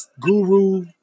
Guru